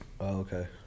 okay